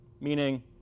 meaning